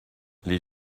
les